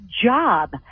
job